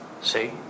See